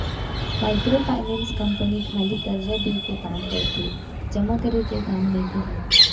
micro finance company खाली करजा देय के काम करथे जमा करे के काम नइ करय